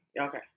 Okay